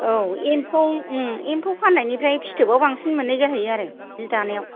औ एम्फौ एम्फौ फाननायनिख्रुइ फिथोबआव बांसिन मोननाय जाहैयो आरो सि दानायाव